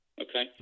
Okay